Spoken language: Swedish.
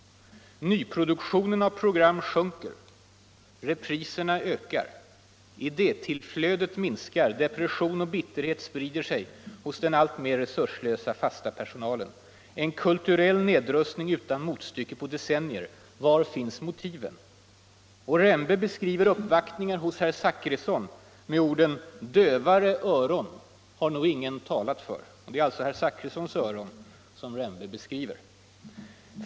Nyproduktionen av program sjunker, repriserna ökar. Idétillflödet minskar, depression och bitterhet sprider sig hos den alltmer resurslösa fasta personalen.” ”——- en kulturell nedrustning utan motstycke på decennier. Var finns motiven?” Och Rembe beskriver uppvaktningar hos herr Zachrisson från Sveriges Radios personal och organisationer för kulturarbetare: ”Dövare öron har nog ingen talat för.” Det är alltså herr Zachrissons öron som Rembe beskriver.